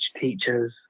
teachers